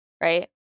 Right